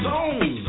Zone